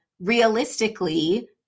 realistically